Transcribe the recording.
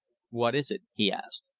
what is it? he asked.